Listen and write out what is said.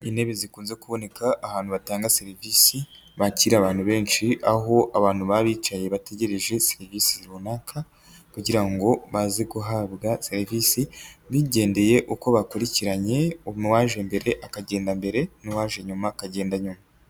Intebe zikunze kuboneka ahantu batanga serivisi, bakira abantu benshi aho abantu bari bicaye bategereje serivisi runaka kugira ngo baze guhabwa serivisi, bigendeye uko bakurikiranye, uwaje mbere akagenda mbere n'uwaje nyuma akagenda nyuma.